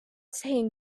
saying